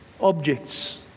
objects